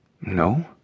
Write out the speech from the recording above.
No